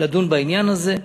לדון בעניין הזה,